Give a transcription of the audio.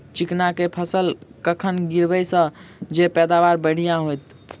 चिकना कऽ फसल कखन गिरैब जँ पैदावार बढ़िया होइत?